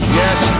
yes